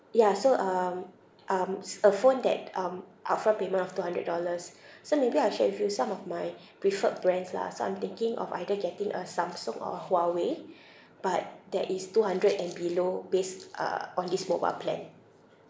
ya so um um s~ a phone that um upfront payment of two hundred dollars so maybe I share with you some of my preferred brands lah so I'm thinking of either getting a samsung or huawei but that is two hundred and below based uh on this mobile plan